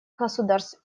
государств